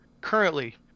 currently